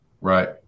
Right